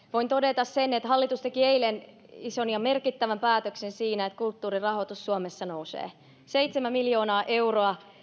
voin todeta sen että hallitus teki eilen ison ja merkittävän päätöksen sen suhteen että kulttuurin rahoitus suomessa nousee seitsemän miljoonaa euroa